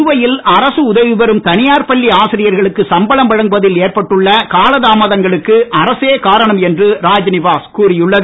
புதுவையில் அரசு உதவி பெறும் தனியார் பள்ளி ஆசிரியர்களுக்கு சம்பளம் வழங்குவதில் ஏற்பட்டுள்ள கால தாமதங்களுக்கே அரசே காரணம் என்று ராஜ்நிவாஸ் கூறியுள்ளது